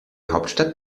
hauptstadt